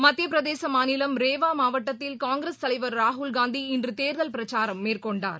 மத்தியபிரதேசமாநிலம் ரேவாமாவட்டத்தில் காங்கிரஸ் தலைவர் ராகுல் காந்தி இன்றுதேர்தல் பிரசாரம் மேற்கொண்டார்